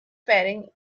fairing